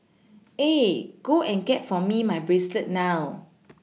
eh go and get for me my bracelet now